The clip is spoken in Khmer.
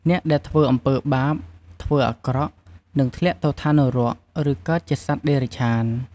អ្នកដែលធ្វើអំពើបាប ធ្វើអាក្រក់ នឹងធ្លាក់ទៅឋាននរក ឬកើតជាសត្វតិរច្ឆាន។